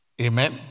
Amen